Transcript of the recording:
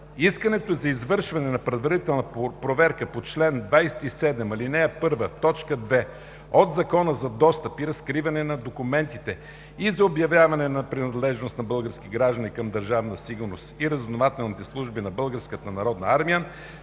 Искането за извършване на предварителна проверка по чл. 27, ал. 1, т. 2 от Закона за достъп и разкриване на документите и за обявяване на принадлежност на български граждани към Държавна сигурност и разузнавателните служби на